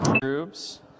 Groups